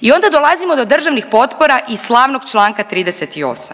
I onda dolazimo do državnih potpora i slavnog članka 38